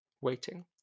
waiting